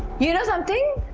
you know something?